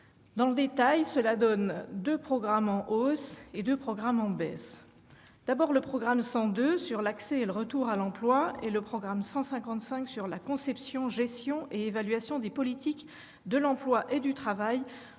Dans le détail, cela donne deux programmes en hausse et deux programmes en baisse. D'abord, le programme 102, « Accès et retour à l'emploi », et le programme 155, « Conception, gestion et évaluation des politiques de l'emploi et du travail